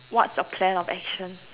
what's your plan of action